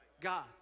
God